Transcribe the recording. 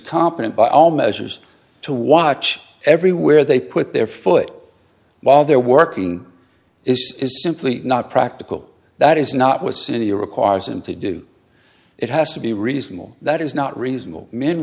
competent by all measures to watch every where they put their foot while they're working it is simply not practical that is not what city requires him to do it has to be reasonable that is not reasonable men